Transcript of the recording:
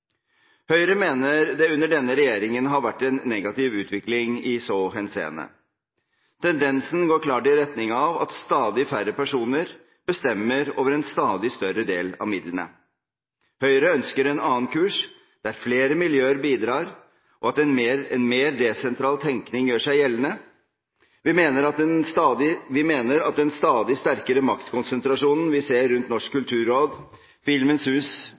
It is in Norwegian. Høyre mener det under denne regjeringen har vært en negativ utvikling i så henseende. Tendensen går klart i retning av at stadig færre personer bestemmer over en stadig større del av midlene. Høyre ønsker en annen kurs der flere miljøer bidrar, og at en mer desentral tenkning gjør seg gjeldende. Vi mener at den stadig sterkere maktkonsentrasjonen vi ser rundt Norsk kulturråd, Filmens hus